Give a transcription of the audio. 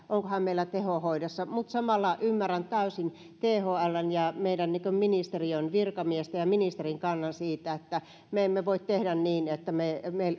onkohan meillä tehohoidossa mutta samalla ymmärrän täysin thln ja meidän ministeriön virkamiesten ja ministerin kannan siitä että me emme voi tehdä niin että me